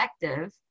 effective